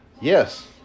yes